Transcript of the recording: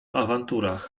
awanturach